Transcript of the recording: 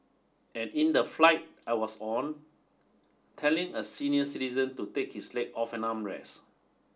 and in the flight I was on telling a senior citizen to take his leg off an armrest